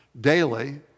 daily